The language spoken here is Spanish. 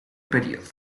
período